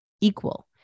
equal